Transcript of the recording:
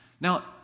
Now